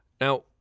Now